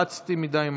רצתי מדי מהר.